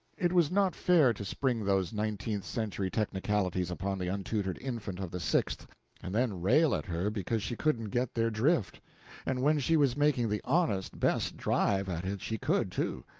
it was not fair to spring those nineteenth century technicalities upon the untutored infant of the sixth and then rail at her because she couldn't get their drift and when she was making the honest best drive at it she could, too,